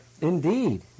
Indeed